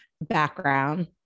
background